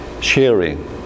sharing